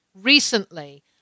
recently